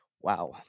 Wow